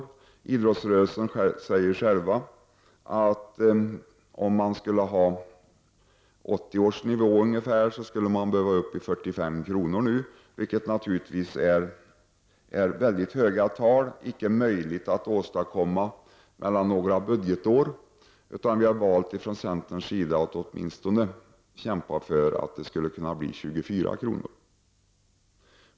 Man säger själv från idrottsrörelsen att man skulle behöva gå upp till 45 kr. för att ungefär nå upp till 1980 års nivå. Detta är naturligtvis en mycket hög summa, och det är inte möjligt att åstadkomma en sådan höjning från ett budgetår till ett annat. Vi har från centerns sida valt att kämpa för att det åtminstone skulle kunna bli 24 kr.